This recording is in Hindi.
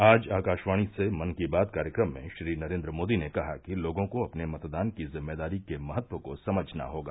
आज आकाशवाणी से मन की बात कार्यक्रम में श्री नरेन्द्र मोदी ने कहा कि लोगों को अपने मतदान की जिम्मेदारी के महत्व को समझना होगा